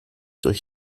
durch